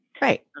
Right